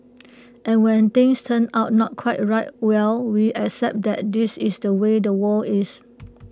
and when things turn out not quite right well we accept that this is the way the world is